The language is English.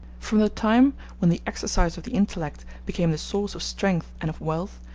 from the time when the exercise of the intellect became the source of strength and of wealth,